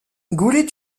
goulet